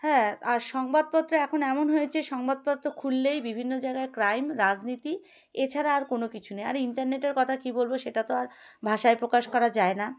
হ্যাঁ আর সংবাদপত্র এখন এমন হয়েছে সংবাদপত্র খুললেই বিভিন্ন জায়গায় ক্রাইম রাজনীতি এছাড়া আর কোনো কিছু নেই আর ইন্টারনেটের কথা কী বলব সেটা তো আর ভাষায় প্রকাশ করা যায় না